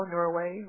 Norway